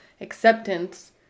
acceptance